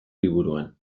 liburuan